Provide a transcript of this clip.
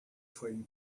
trying